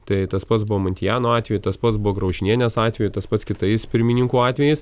tai tas pats buvo muntiano atveju tas pats buvo graužinienės atveju tas pats kitais pirmininkų atvejais